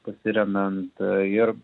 pasiremiant a ir